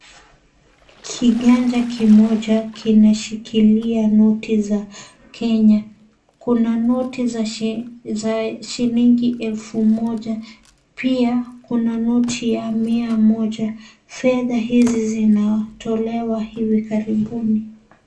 Kiganja kimoja kimeshikilia noti za Kenya. Kuna noti za shilingi elfu moja. Pia kuna noti ya Mia moja. Fedha hizi zinatolewa hivi karibuni.